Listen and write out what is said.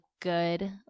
good